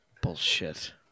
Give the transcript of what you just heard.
Bullshit